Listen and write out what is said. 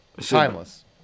Timeless